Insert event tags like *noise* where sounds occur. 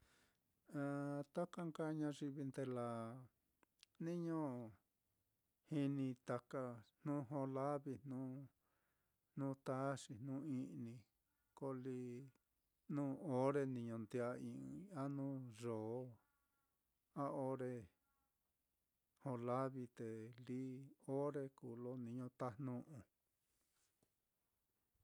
*hesitation* taka nka ñayivi nde laa, niño jini taka jnu jó lavi, jnu *hesitation* jnu taxi, jnu i'ni. ko lí nuu ore niño ndi'ai ɨ́ɨ́n ɨ́ɨ́n-i, a nuu yoo, a ore jó lavi, te lí ore kuu lo niño tajnu'u. *noise*